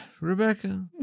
Rebecca